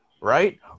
Right